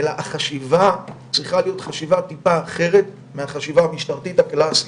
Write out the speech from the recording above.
אלא החשיבה צריכה להיות חשיבה טיפה אחרת מהחשיבה המשטרתית הקלאסית.